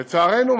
לצערנו,